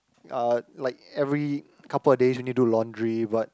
uh like every couple of days you need to do laundry but